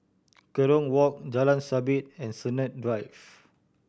Kerong Walk Jalan Sabit and Sennett Drive